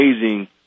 amazing